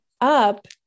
up